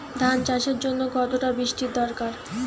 ধান চাষের জন্য কতটা বৃষ্টির দরকার?